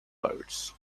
birds